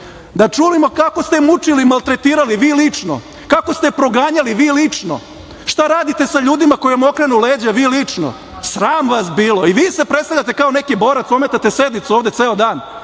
Da čujemo kako ste je mučili i maltretirali, vi lično, kako ste je proganjali, vi lično. Šta radite sa ljudima koji vam okrenu leđa, vi lično? Sram vas bilo. I vi se predstavljate kao neki borac, ometate sednicu ovde ceo dan.